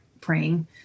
praying